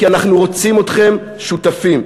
כי אנחנו רוצים אתכם שותפים,